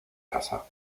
casa